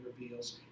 reveals